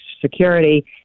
Security